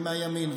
מהימין.